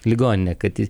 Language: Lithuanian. ligoninę kad